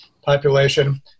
population